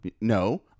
No